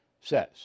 says